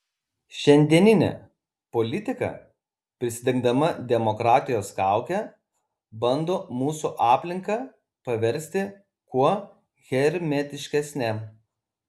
šiandieninė politika prisidengdama demokratijos kauke bando mūsų aplinką paversti kuo hermetiškesne